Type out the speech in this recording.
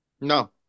No